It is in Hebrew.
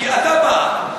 כי אתה בא,